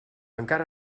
encara